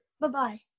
Bye-bye